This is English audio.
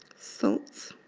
salt